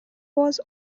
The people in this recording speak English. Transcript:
was